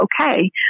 okay